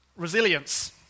Resilience